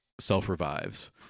self-revives